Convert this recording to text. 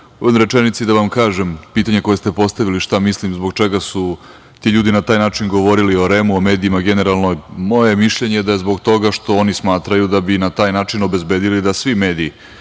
svom izlaganju. Da vam kažem, pitanje koje ste postavili, šta mislim zbog čega su ti ljudi na taj način govorili o REM-u, o medijima generalno. Moje mišljenje je da zbog toga što oni smatraju da bi na taj način obezbedili da svi mediji